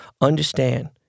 Understand